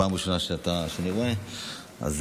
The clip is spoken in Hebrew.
זאת הפעם הראשונה שאני רואה אותך על הדוכן.